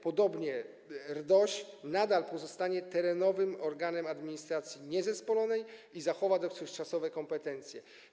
Podobnie RDOŚ nadal pozostanie terenowym organem administracji niezespolonej i zachowa dotychczasowe kompetencje.